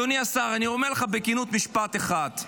אדוני השר, אני אומר לך בכנות משפט אחד.